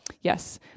yes